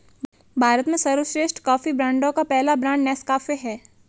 भारत में सर्वश्रेष्ठ कॉफी ब्रांडों का पहला ब्रांड नेस्काफे है